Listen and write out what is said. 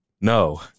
no